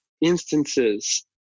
instances